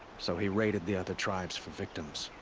so he raided the other tribes for victims.